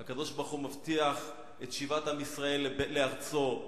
הקדוש-ברוך-הוא מבטיח את שיבת עם ישראל לארצו,